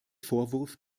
vorwurf